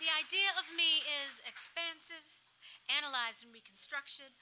the idea of me is expansive analyze reconstruction